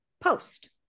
post